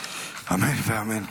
אמן ואמן.